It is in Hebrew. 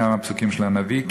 כמה פסוקים של הנביא,